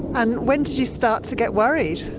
and when did you start to get worried?